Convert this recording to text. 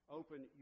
open